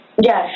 Yes